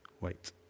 wait